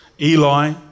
Eli